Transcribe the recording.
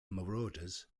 marauders